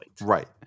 Right